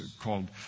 called